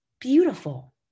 beautiful